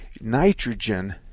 Nitrogen